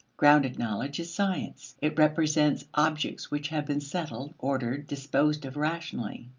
grounded knowledge, is science it represents objects which have been settled, ordered, disposed of rationally.